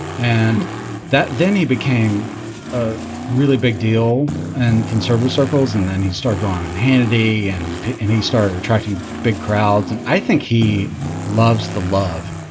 and that then he became a really big deal and conservative circles. and then he started on hannity and and he started attracting big crowds. and i think he loves the love.